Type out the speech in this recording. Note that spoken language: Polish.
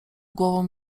głową